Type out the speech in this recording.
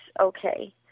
okay